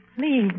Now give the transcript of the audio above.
Please